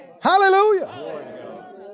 Hallelujah